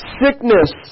sickness